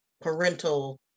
parental